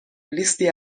لیستی